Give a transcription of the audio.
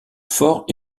forts